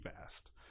fast